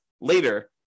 later